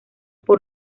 por